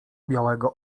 białego